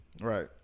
Right